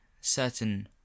certain